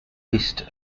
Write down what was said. east